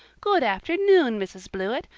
good afternoon, mrs. blewett.